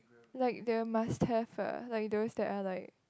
like they must have the like those that are like